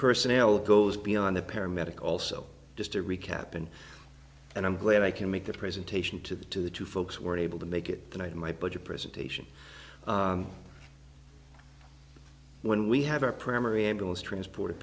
personnel goes beyond the paramedic also just to recap and and i'm glad i can make a presentation to the to the two folks were able to make it tonight in my budget presentation when we have our primary ambulance transport